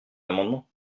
amendement